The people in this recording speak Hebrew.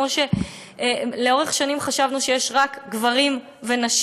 כמו שלאורך שנים חשבנו שיש רק גברים ונשים,